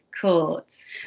courts